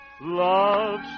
love